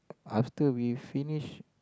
after we finished